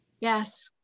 yes